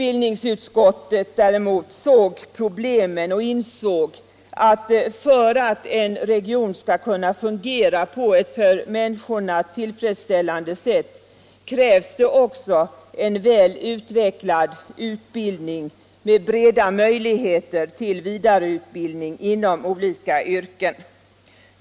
Utbildningsutskottet däremot såg problemen och insåg att det för att en region skall kunna fungera på ett för människorna tillfredsställande sätt också krävs en väl utvecklad utbildning med breda möjligheter till vidareutbildning inom olika yrken.